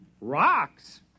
Rocks